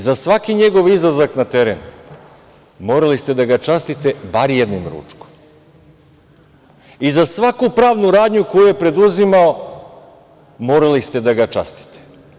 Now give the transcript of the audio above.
Za svaki njegov izlazak na teren morali ste da ga častite bar jednom ručkom, i za svaku pravnu radnju koju je preduzimao morali ste da ga častite.